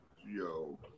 Yo